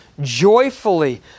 joyfully